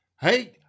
Hey